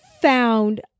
found